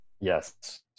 Yes